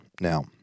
Now